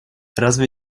разве